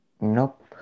Nope